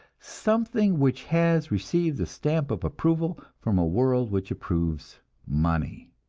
something which has received the stamp of approval from a world which approves money.